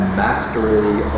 mastery